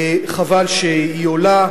חבל שהיא עולה.